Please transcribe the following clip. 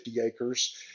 acres